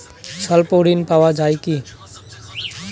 স্বল্প ঋণ পাওয়া য়ায় কি?